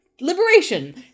Liberation